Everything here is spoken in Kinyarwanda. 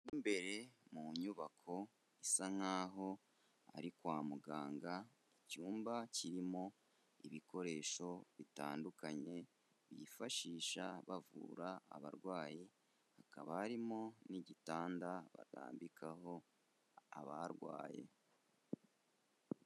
Mo imbere mu nyubako, isa nk'aho ari kwa muganga, icyumba kirimo ibikoresho bitandukanye bifashisha bavura abarwayi, hakaba harimo n'igitanda barambikaho abarwaye.